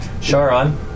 Sharon